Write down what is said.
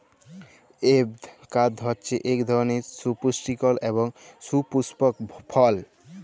avocado হছে ইক ধরলের সুপুষ্টিকর এবং সুপুস্পক ফল